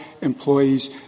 employees